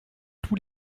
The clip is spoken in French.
tous